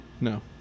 No